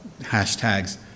hashtags